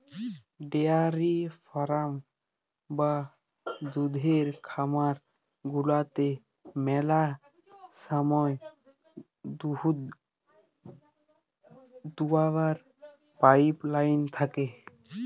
dairy farm বা দুহুদের খামার গুলাতে ম্যালা সময় দুহুদ দুয়াবার পাইপ লাইল থ্যাকে